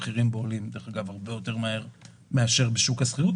לכן גם המחירים בו עולים הרבה יותר מהר מאשר בשוק השכירות,